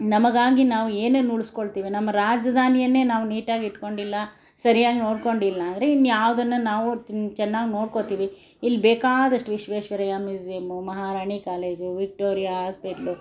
ನಮಗಾಗಿ ನಾವು ಏನೇನು ಉಳ್ಸ್ಕೊಳ್ತಿವಿ ನಮ್ಮ ರಾಜಧಾನಿಯನ್ನೇ ನಾವು ನೀಟಾಗಿ ಇಟ್ಕೊಂಡಿಲ್ಲ ಸರಿಯಾಗಿ ನೋಡ್ಕೊಂಡಿಲ್ಲ ಅಂದರೆ ಇನ್ಯಾವ್ದನ್ನು ನಾವು ಚೆನ್ನಾಗಿ ನೋಡ್ಕೊತೀವಿ ಇಲ್ಲಿ ಬೇಕಾದಷ್ಟು Visvesvaraya museum Maharani college Victoria hospital